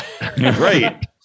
right